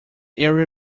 area